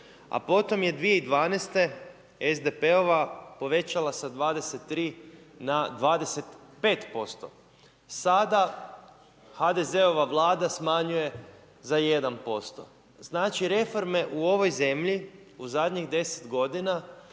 a potom je 2012. SDP-ova, povećala sa 23 na 25%. Sada HDZ-ova vlada smanjuje za 1%. Znači reforme u ovoj zemlji u ovoj zadnjih 10g.